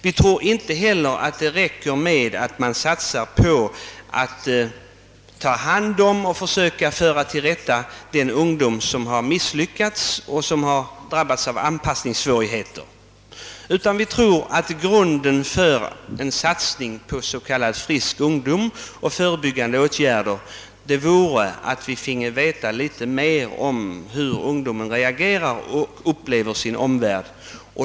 Vi tror inte heller att det räcker med att satsa på att ta hand om och söka tillrättaföra den ungdom, som har misslyckats och som har drabbats av anpassningssvårigheter. Vi tror i stället att grunden för en satsning på s.k. frisk ungdom och för förebyggande åtgärder vore att vi finge större kunskap om hur ungdomen reagerar och upplever sin omvärld.